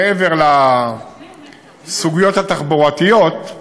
מעבר לסוגיות התחבורתיות,